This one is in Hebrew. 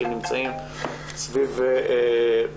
כי הם נמצאים סביב חקירה,